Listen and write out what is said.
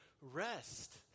rest